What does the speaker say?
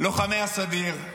לוחמי הסדיר,